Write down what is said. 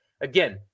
Again